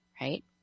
Right